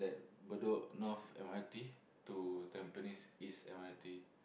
Bedok North M_R_T to Tampines East M_R_T